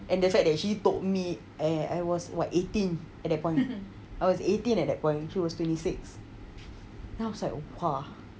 and the fact that she told me at I was what eighteen at that point I was eighteen at that point she was twenty six then I was like !wah!